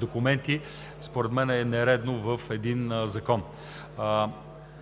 документи според мен е нередно в един закон.